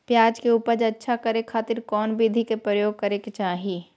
प्याज के उपज अच्छा करे खातिर कौन विधि के प्रयोग करे के चाही?